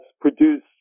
produced